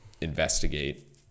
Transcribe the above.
investigate